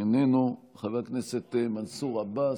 איננו, חבר הכנסת מנסור עבאס,